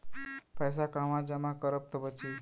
पैसा कहवा जमा करब त बची?